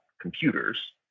computers